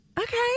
Okay